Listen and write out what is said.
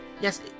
Yes